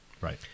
Right